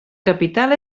capital